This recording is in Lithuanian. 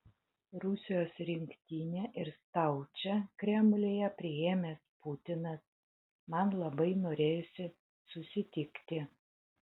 rusijos rinktinę ir staučę kremliuje priėmęs putinas man labai norėjosi susitikti